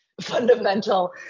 fundamental